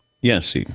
Yes